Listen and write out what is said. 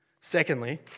Secondly